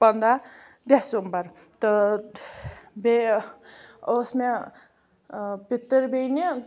پَنداہ ڈیسَمبر تہٕ بیٚیہِ اوس مےٚ پِتٕر بیٚنہِ